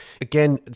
again